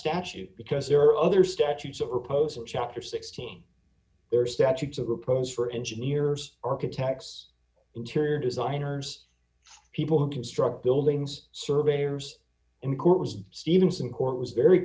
statute because there are other statutes of proposal chapter sixteen there are statutes of repose for engineers architects interior designers people who construct buildings surveyors in court was stevenson court was very